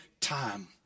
time